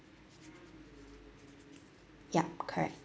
yup correct